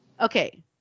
Okay